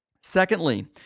Secondly